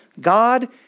God